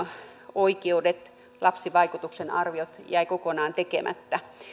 oikeudet lapsivaikutusten arviot jäivät kokonaan tekemättä